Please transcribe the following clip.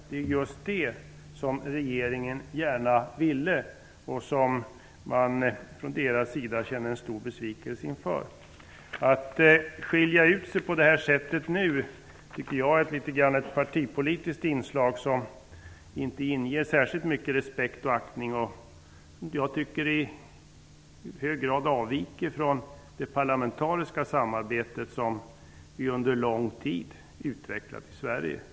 Det var just det som regeringen gärna önskade, och man kände stor besvikelse när de inte ville delta. Att skilja ut sig på detta sätt är ett partipolitiskt inslag, som inte inger särskilt mycket respekt och aktning. Det avviker i hög grad från det parlamentariska samarbete som vi under lång tid har utvecklat i Sverige.